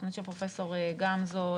בתוכנית של פרופ' גמזו,